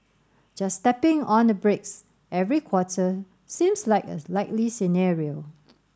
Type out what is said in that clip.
just tapping on the brakes every quarter seems like a likely scenario